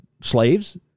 slaves